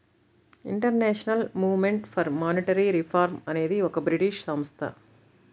international movement for monetary reform అనేది ఒక British సంస్థ